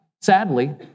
Sadly